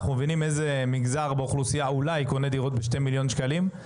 אנחנו מבינים איזה מגזר באוכלוסייה אולי קונה דירות ב-2 מיליון שקלים.